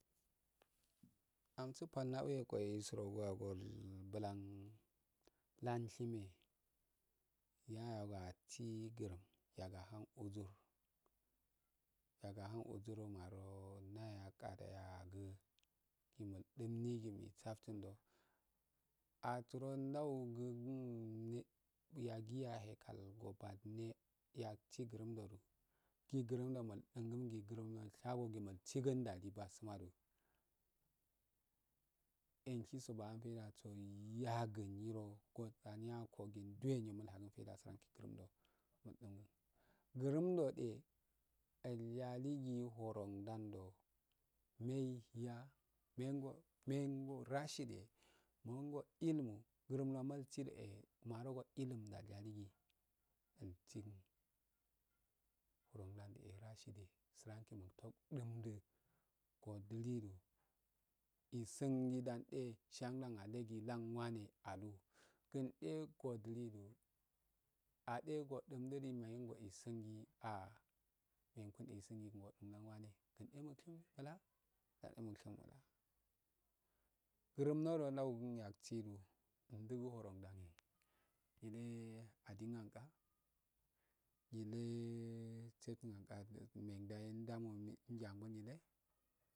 Amsu pal nawe ko eh suro gu gol blan lan shime, ya yogoh asi grum yapa lun wuzir yag usir na mara nayago nifdin mul saften do, asuro gangu gun gi agi ya eh kal oh badne yau sigram do gi mul dirigu nul saften do grum ro nul shagun gu mul siri ndali bas ma aro enshi so bas ma yagu, nyiro kaniya dagu nduwa mul haken faida bas ma srangu gurum do eli ul yali di horon gan do, mai ya men rashidiye men go mai ya men rashidiye men go ilmu grum muksi do eh go maro go ilmu da yali gi, uksidi men gan eh rashidi srangi mutum dundh odili do eshin gi siyangan ndale ki langu blan alu kun eh edilido, ade odimli do mayongo eh suudi ali kuli langi wane grum do naw yaki sli do adin ya ka we me nduwe angol nyile